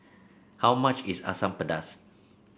how much is Asam Pedas